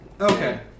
Okay